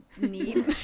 need